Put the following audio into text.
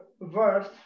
verse